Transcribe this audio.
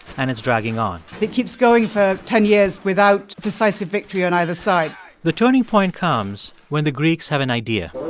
and it's dragging on it keeps going for ten years without decisive victory on either side the turning point comes when the greeks have an idea